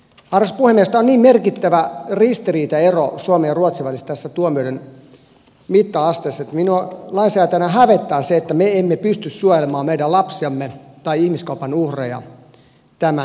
tämä on niin merkittävä ristiriita ja ero suomen ja ruotsin välillä tässä tuomioiden mitta asteessa että minua lainsäätäjänä hävettää se että me emme pysty suojelemaan meidän lapsiamme tai ihmiskaupan uhreja tämän paremmin